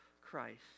Christ